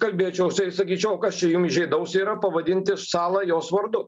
kalbėčiau su jais sakyčiau o kad čia jum įžeidaus yra pavadinti salą jos vardu